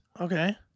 Okay